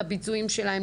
את הביצועים שלהם.